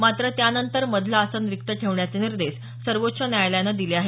मात्र त्यानंतर मधलं आसन रिक्त ठेवण्याचे निर्देश सर्वोच्च न्यायालयानं दिले आहेत